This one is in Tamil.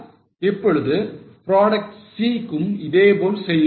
இப்பொழுது product C க்கும் இதுபோல் செய்யுங்கள்